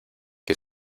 que